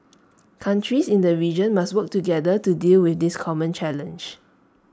countries in the region must work together to deal with this common challenge